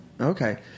Okay